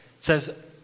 says